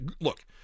look